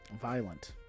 violent